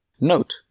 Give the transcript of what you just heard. Note